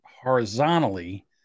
horizontally